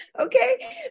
okay